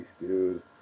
dude